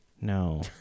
No